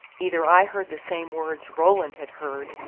either i heard the same words roland had heard,